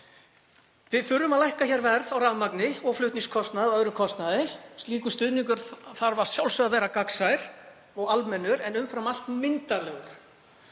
Við þurfum að lækka verð á rafmagni og draga úr flutningskostnaði og öðrum kostnaði. Slíkur stuðningur þarf að sjálfsögðu að vera gagnsær og almennur en umfram allt myndarlegur.